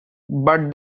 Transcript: but